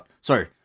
Sorry